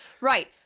Right